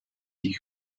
die